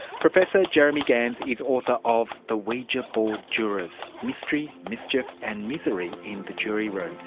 professor jeremy gans is author of the ouija board jurors mystery, mischief and misery in the jury room,